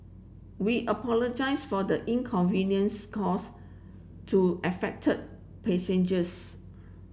we apologise for the inconvenience caused to affected passengers